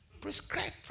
prescribe